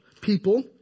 people